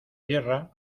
yerra